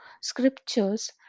scriptures